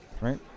right